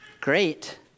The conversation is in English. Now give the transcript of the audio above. great